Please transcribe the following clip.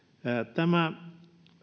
tämä